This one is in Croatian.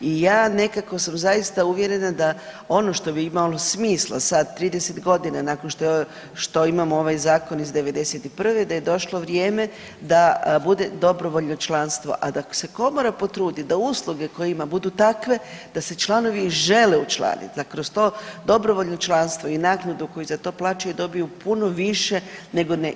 I ja nekako sam zaista uvjerena da ono što bi imalo smisla sad 30 godina nakon što imamo ovaj zakon iz '91. da je došlo vrijeme da bude dobrovoljno članstvo, a da se Komora potrudi da usluga koje ima budu takve da se članovi žele učlaniti, da kroz to dobrovoljno članstvo i naknadu koju za to plaćaju dobiju puno više nego neki.